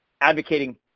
advocating